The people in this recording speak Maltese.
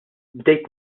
bdejt